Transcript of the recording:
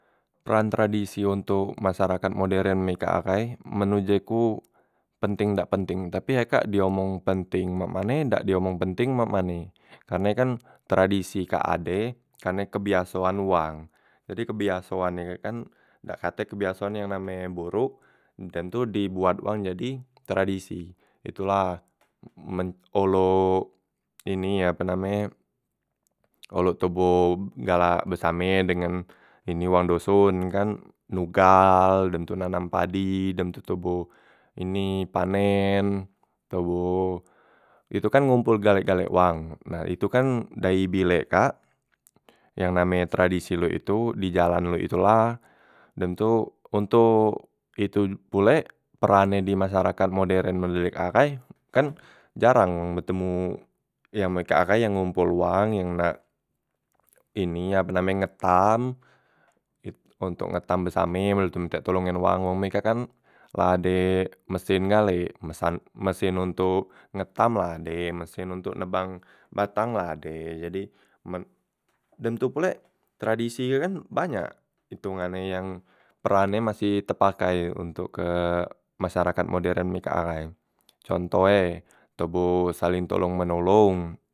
Tran tradisi ontok masyarakat moderen me kak ahai, men uje ku penteng dak penteng tapi he kak di omong penteng mak mane, dak di omong penteng mak mane, karne kan tradisi kak ade karne kebiasoan wang jadi kebiasoan e he kan dak katek kebiasoan yang name e borok, dem tu di buat wang jadi tradisi, itula men olo ini ape name e olo toboh galak besame dengan ini wong doson kan nugal, dem tu nanam padi, dem tu toboh ini panen, toboh, itu kan ngompol galek- galek wang nah itu kan dai bilek kak yang name e tradisi lok itu, di jalan lok itu la dem tu ontok itu pulek peran e di masyarakat moderen model e kak ahai kan jarang betemu yang me kak ahai yang ngompol uwang yang nak ini ape name e ngetam it ontok ngetam besame model tu minta tolong ngan wang, wong me kak kan la ade mesen gale, mesan mesen untok ngetam la de mesen ontok nebang batang la ade, jadi men dem tu pulek tradisi e kan banyak itungan e yang peran e masih tepakai untok ke masyarakat moderen me kak ahai, contoh e toboh saleng tolong menolong.